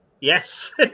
Yes